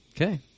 Okay